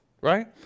right